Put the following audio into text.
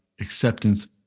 acceptance